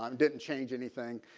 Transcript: um didn't change anything